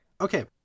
okay